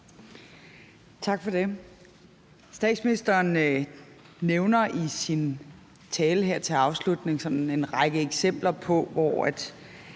Tak for det. Statsministeren nævner i sin tale her til afslutning sådan en række eksempler på, at